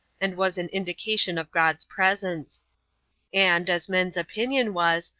and was an indication of god's presence and, as men's opinion was,